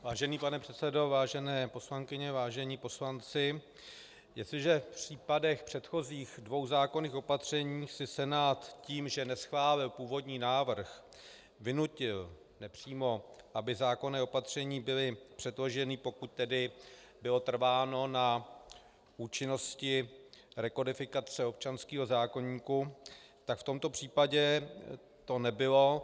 Vážený pane předsedo, vážené poslankyně, vážení poslanci, jestliže v případech předchozích dvou zákonných opatření si Senát tím, že neschválil původní návrh, vynutil nepřímo, aby zákonná opatření byla předložena, pokud tedy bylo trváno na účinnosti rekodifikace občanského zákoníku, tak v tomto případě to nebylo.